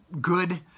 good